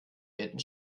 geräten